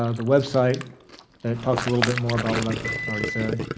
ah the website that talks a little bit more about what i've already said,